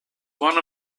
one